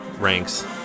ranks